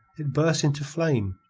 it burst into flame,